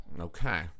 Okay